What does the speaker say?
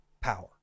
power